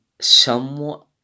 somewhat